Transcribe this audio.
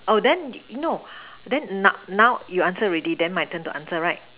oh then no then now now you answer already then my turn to answer right